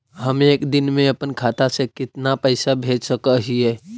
हम एक दिन में अपन खाता से कितना पैसा भेज सक हिय?